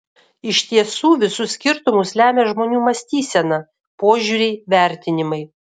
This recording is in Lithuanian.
iš tiesų visus skirtumus lemia žmonių mąstysena požiūriai vertinimai